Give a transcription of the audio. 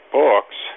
books